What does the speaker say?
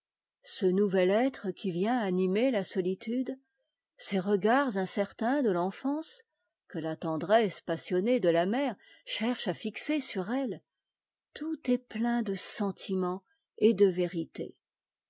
ce nouvel être qui vient animer la solitude ces regards incertains de l'enfance que la tendresse passionnée de la mère cherche à fixer sur elle tout est plein de sentiment et de vérité